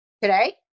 today